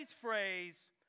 phrase